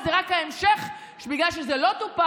חבר הכנסת אבו שחאדה, קריאה ראשונה.